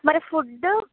మరి ఫుడ్డు